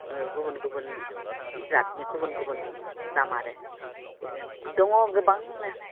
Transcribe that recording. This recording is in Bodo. गुबुन गुबुन जातनि गुबुन गुबुन दाम आरो बिदिनो दङ गोबांनो